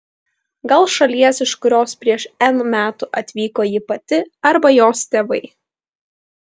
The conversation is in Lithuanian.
gal šalies iš kurios prieš n metų atvyko ji pati arba jos tėvai